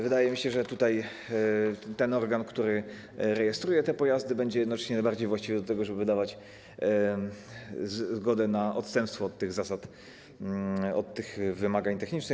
Wydaje mi się, że organ, który rejestruje te pojazdy, będzie jednocześnie najbardziej właściwy do tego, żeby wydawać zgodę na odstępstwo od tych zasad, od tych wymagań technicznych.